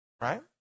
right